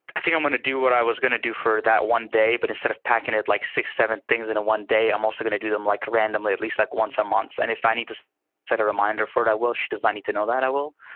i think i'm going to do what i was gonna do for that one day. but instead of packing it like six, seven things in a one day, i'm also gonna do them like randomly at least like once a month. and if i need to set a reminder for it, i will she does not need to know that i will